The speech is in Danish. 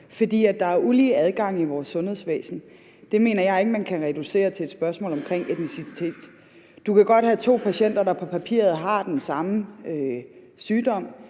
at der er ulige adgang i vores sundhedsvæsen, mener jeg ikke at man kan reducere til et spørgsmål om etnicitet. Du kan godt have to patienter, der på papiret har den samme sygdom,